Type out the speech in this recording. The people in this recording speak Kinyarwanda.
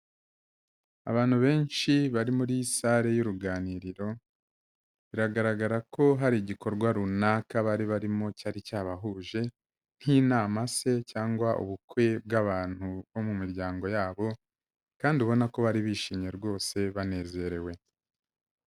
Abantu benshi bari muri sare y'uruganiriro, biragaragara ko hari igikorwa runaka bari barimo cyari cyabahuje, nk'inama se cyangwa ubukwe bw'abantu bo mu miryango yabo, kandi ubona ko bari bishimye rwose, banezerewe.